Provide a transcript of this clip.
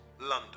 London